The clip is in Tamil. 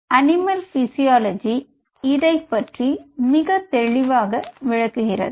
அனிமல் பிசியோலஜி இதை பற்றி மிக தெளிவாக விளக்குகிறது